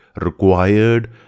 required